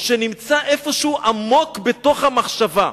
שנמצא איפשהו עמוק בתוך המחשבה.